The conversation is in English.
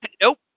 Nope